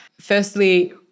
firstly